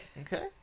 Okay